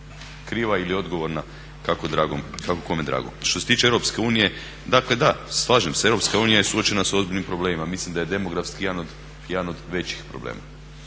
Kriva ili odgovorna kako kome drago. Što se tiče EU dakle da, slažem se EU je suočena sa ozbiljnim problemima. Mislim da je demografski jedan od većih problema.